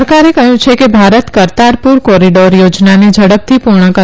સરકારે કહયું છે કે ભારત કરતારપુર કોરીડોર યોજનાને ઝડપથી પુર્ણ કરવા